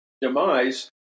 demise